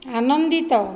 ଆନନ୍ଦିତ